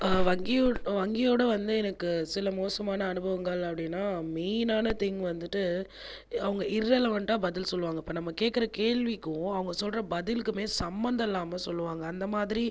வங்கி வங்கி ஓட வந்து எனக்கு சில மோசமான அனுபவங்கள் அப்படின்னா மெயின்னான திங்க் வந்துட்டு அவங்க இர்ரெலவண்டாக பதில் சொல்லுவாங்கள் இப்போ நம்ம கேட்கிற கேள்விக்கும் அவங்க சொல்கிற பதிலுக்குமுமே சம்மந்தம் இல்லாமல் சொல்லுவாங்கள் அந்த மாதிரி